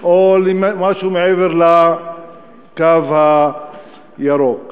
או למשהו מעבר לקו הירוק.